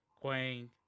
Quang